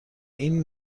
این